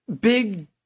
big